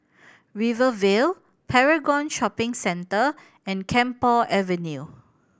Rivervale Paragon Shopping Centre and Camphor Avenue